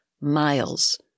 miles